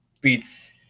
beats